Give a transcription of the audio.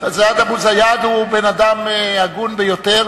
זיאד אבו זיאד הוא אדם הגון ביותר.